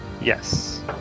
yes